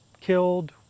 killed